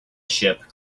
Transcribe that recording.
ship